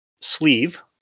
sleeve